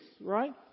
right